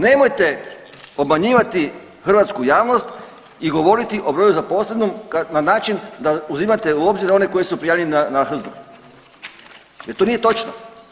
Nemojte obmanjivati hrvatsku javnost i govoriti o broju zaposlenom na način da uzimate u obzir one koji su prijavljeni na … jer to nije točno.